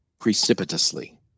precipitously